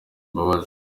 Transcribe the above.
imbabazi